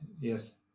Yes